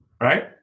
right